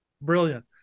Brilliant